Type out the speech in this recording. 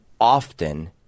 often